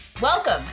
Welcome